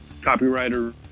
copywriter